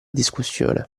discussione